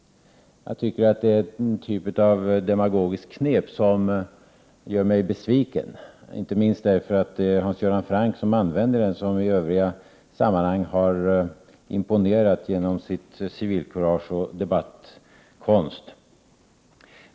Det är en typ av demagogiskt knep som gör mig besviken, inte minst för att det används av Hans Göran Franck, som i övriga fall har imponerat genom sitt civilkurage och sin debattkonst.